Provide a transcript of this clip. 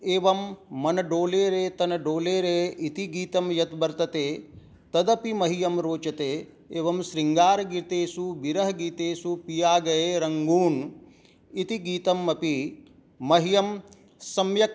एवं मन डोले रे तन् डोले रे इति गीतं यद् वर्तते तदपि मह्यं रोचते एवं शृङ्गारगीतेषु विरहगीतेषु पिया गए रङ्गून् इति गीतमपि मह्यं सम्यक्